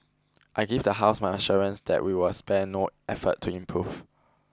I give the House my assurance that we will spare no effort to improve